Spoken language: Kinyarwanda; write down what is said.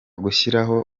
gushyiraho